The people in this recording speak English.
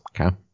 okay